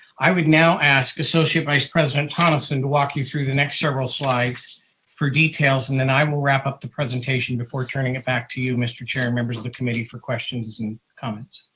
i would now ask associate vice president tonneson to walk you through the next several slides for details and then i will wrap up the presentation before turning it back to you, mr. chair, and members of the committee for questions and comments.